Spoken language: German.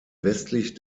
westlich